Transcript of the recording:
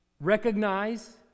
recognize